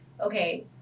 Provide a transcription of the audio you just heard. okay